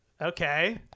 Okay